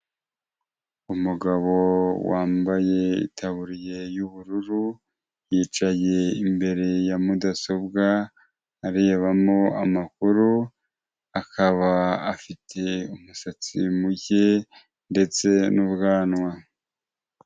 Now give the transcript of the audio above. Umugabo wambaye itaburiya y'ubururu, yicaye imbere ya mudasobwa, arebamo amakuru, akaba afite umusatsi muke ndetse n'ubwanwa.